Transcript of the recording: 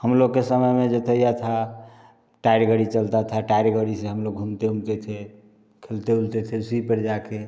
हम लोग के समय में जोथइया था टायर गाड़ी चलता था टायर गाड़ी से हम लोग घूमते ऊमते थे खेलते ऊलते थे उसी पर जाके